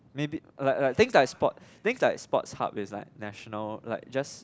maybe like like things like sports things like sports hub is like national like just